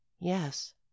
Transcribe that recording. yes